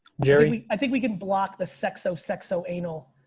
gary. i think we can block the sexo sexo anal.